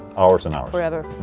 hours and hours forever